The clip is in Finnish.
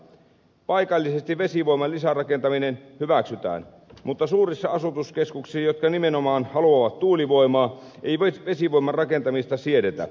paikallisesti vesivoiman lisärakentaminen hyväksytään mutta suurissa asutuskeskuksissa jotka nimenomaan haluavat tuulivoimaa ei vesivoiman rakentamista siedetä